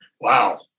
Wow